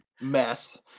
mess